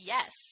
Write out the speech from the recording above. Yes